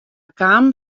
kamen